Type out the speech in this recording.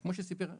כמו שסיפר נחי,